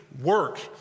work